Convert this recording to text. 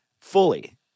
Fully